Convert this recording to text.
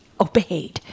obeyed